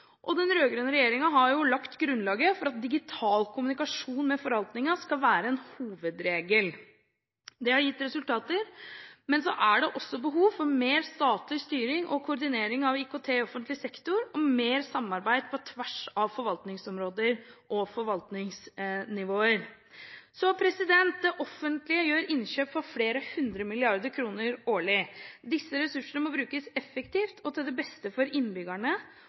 og den rød-grønne regjeringen har lagt grunnlaget for at digital kommunikasjon med forvaltningen skal være en hovedregel. Det har gitt resultater. Men så er det også behov for mer statlig styring og koordinering av IKT i offentlig sektor og mer samarbeid på tvers av forvaltningsområder og forvaltningsnivåer. Det offentlige gjør innkjøp for flere hundre milliarder kroner årlig. Disse ressursene må brukes effektivt og til det beste for innbyggerne